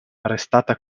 arrestata